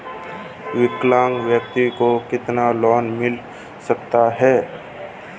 विकलांग व्यक्ति को कितना लोंन मिल सकता है?